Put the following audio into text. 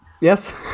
yes